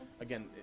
again